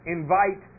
invite